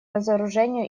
разоружению